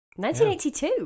1982